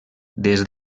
des